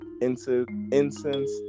incense